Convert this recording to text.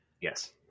Yes